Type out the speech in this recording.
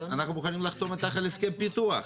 אנחנו מוכנים לחתום איתך על הסכם פיתוח.